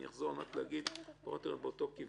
ואני אחזור על מנת להגיד פחות או יותר את אותו כיוון.